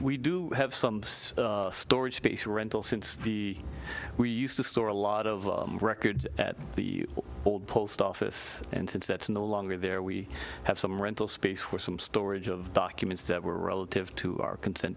we do have some storage space rental since the we used to store a lot of records at the old post office and since that's no longer there we have some rental space for some storage of documents that were relative to our consent